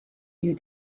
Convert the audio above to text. you